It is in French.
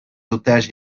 otages